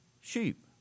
Sheep